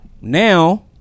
now